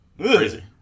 Crazy